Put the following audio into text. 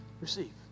Receive